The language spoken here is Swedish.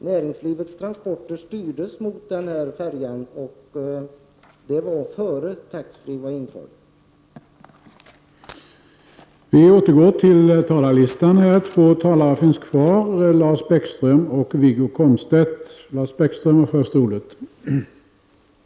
Näringslivets transporter styrdes mot denna färja, och det skedde alltså innan taxfree-försäljningen infördes.